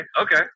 okay